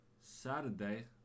Saturday